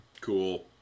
cool